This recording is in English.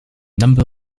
number